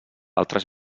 altres